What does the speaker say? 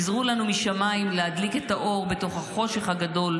עזרו לנו משמיים להדליק את האור בתוך החושך הגדול,